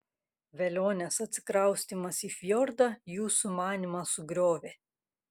velionės atsikraustymas į fjordą jų sumanymą sugriovė